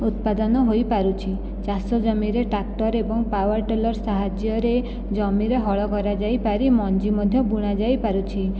ଉତ୍ପାଦନ ହୋଇପାରୁଛି ଚାଷ ଜମିରେ ଟ୍ରାକ୍ଟର ଏବଂ ପାୱାରଟିଲର ସାହାଯ୍ୟରେ ଜମିରେ ହଳ କରାଯାଇ ପାରି ମଞ୍ଜି ମଧ୍ୟ ବୁଣା ଯାଇପାରୁଛି